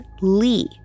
Lee